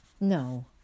No